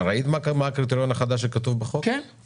הוא מדבר